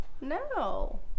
No